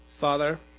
Father